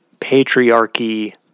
patriarchy